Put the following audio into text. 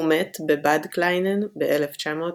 הוא מת בבד קליינן ב-1925.